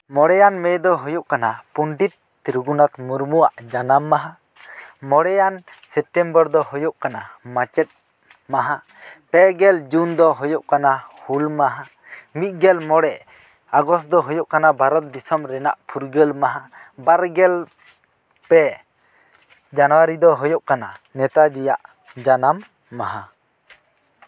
ᱢᱚᱬᱮᱭᱟᱱ ᱢᱮ ᱫᱚ ᱦᱩᱭᱩᱜ ᱠᱟᱱᱟ ᱯᱚᱱᱰᱤᱛ ᱨᱚᱜᱷᱩᱱᱟᱛᱷ ᱢᱩᱨᱢᱩᱣᱟᱜ ᱡᱟᱱᱟᱢ ᱢᱟᱦᱟ ᱢᱚᱬᱮᱭᱟᱱ ᱥᱮᱯᱴᱮᱢᱵᱚᱨ ᱫᱚ ᱦᱩᱭᱩᱜ ᱠᱟᱱᱟ ᱢᱟᱪᱮᱫ ᱢᱟᱦᱟ ᱯᱮ ᱜᱮᱞ ᱡᱩᱱ ᱫᱚ ᱦᱩᱭᱩᱜ ᱠᱟᱱᱟ ᱦᱩᱞ ᱢᱟᱦᱟ ᱢᱤᱫ ᱜᱮᱞ ᱢᱚᱬᱮ ᱟᱜᱚᱥᱴ ᱫᱚ ᱦᱩᱭᱩᱜ ᱠᱟᱱᱟ ᱵᱷᱟᱨᱚᱛ ᱫᱤᱥᱚᱢ ᱨᱮᱱᱟᱜ ᱯᱷᱩᱨᱜᱟᱹᱞ ᱢᱟᱦᱟ ᱵᱟᱨ ᱜᱮᱞ ᱯᱮ ᱡᱟᱱᱩᱣᱟᱨᱤ ᱫᱚ ᱦᱩᱭᱩᱜ ᱠᱟᱱᱟ ᱱᱮᱛᱟᱡᱤᱣᱟᱜ ᱡᱟᱱᱟᱢ ᱢᱟᱦᱟ